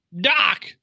Doc